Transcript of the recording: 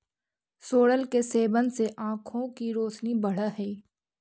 सोरल के सेवन से आंखों की रोशनी बढ़अ हई